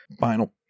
Final